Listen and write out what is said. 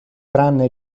tranne